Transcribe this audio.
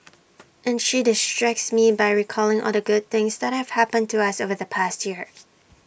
and she distracts me by recalling all the good things that have happened to us over the past year